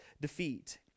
defeat